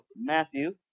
Matthew